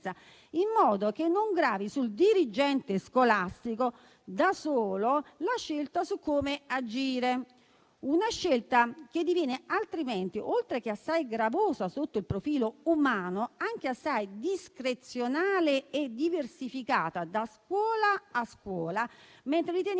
in modo che non gravi sul dirigente scolastico, da solo, la scelta su come agire; una scelta che diviene altrimenti, oltre che assai gravosa sotto il profilo umano, anche assai discrezionale e diversificata da scuola a scuola, mentre riteniamo